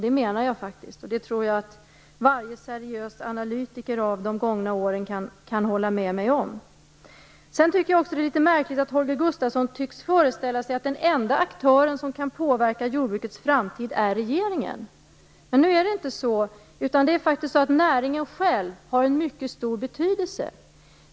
Det menade jag faktiskt, och jag tror att varje seriös analytiker av de gångna åren kan hålla med mig om det. Jag tycker också att det är litet märkligt att Holger Gustafsson tycks föreställa sig att den enda aktör som kan påverka jordbrukets framtid är regeringen. Nu är det inte så, utan näringen själv har en mycket stor betydelse.